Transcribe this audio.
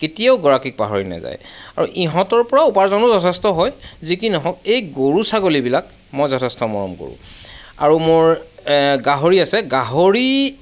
কেতিয়াও গৰাকীক পাহৰি নাযায় আৰু ইহঁতৰ পৰা উপাৰ্জনো যথেষ্ট হয় যি কি নহওক এই গৰু ছাগলীবিলাক মই যথেষ্ট মৰম কৰোঁ আৰু মোৰ গাহৰি আছে গাহৰি